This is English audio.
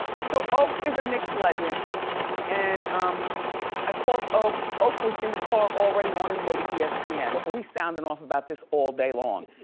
so oak is a knicks legend and um i called oak. oak was in the car already on his way to yeah espn and so he's soundin' off about this all day long.